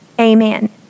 amen